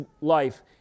life